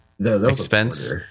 expense